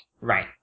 Right